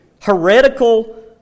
heretical